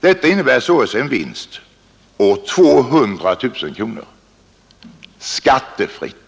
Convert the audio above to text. Detta innebär således en vinst på 200 000 kronor — skattefritt!